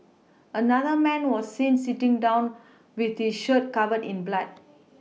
another man was seen sitting down with his shirt covered in blood